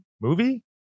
movie